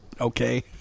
Okay